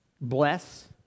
bless